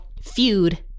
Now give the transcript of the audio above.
feud